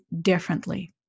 differently